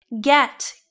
get